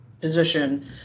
position